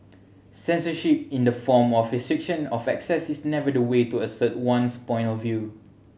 censorship in the form of a restriction of access is never the way to assert one's point of view